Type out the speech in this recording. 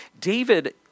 David